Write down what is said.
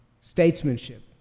statesmanship